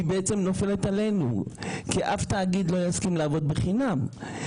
נופלת בעצם עלינו כי אף תאגיד לא יסכים לעבוד בחינם.